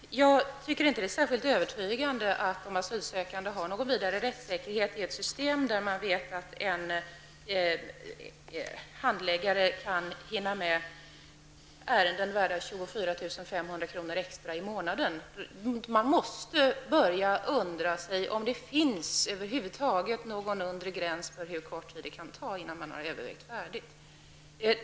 Herr talman! Jag tycker inte att det är särskilt övertygande att de asylsökande har en rättssäkerhet i ett system, där man vet att en handläggare kan hinna med ärenden värda 24 500 kr. extra i månaden. Man måste ställa sig frågan om det över huvud taget finns en undre gräns för hur kort tid ett övervägande får ta.